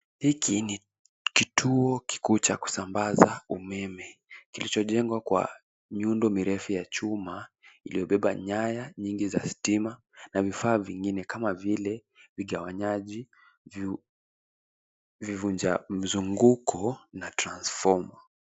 Hiki ni kituo kikuu cha kusambaza umeme, kilichojengwa kwa miundo mirefu ya chuma iliyobeba nyaya nyingi za stima na vifaa vingine kama vile vigawanyaji vivunja mzunguko na transfoma.